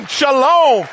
Shalom